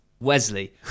Wesley